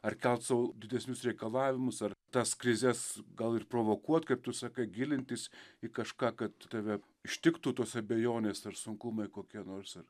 ar kelt sau didesnius reikalavimus ar tas krizes gal ir provokuot kaip tu sakai gilintis į kažką kad tave ištiktų tos abejonės ar sunkumai kokie nors ar